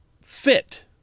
fit